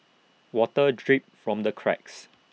water drips from the cracks